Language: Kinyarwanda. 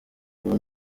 kuba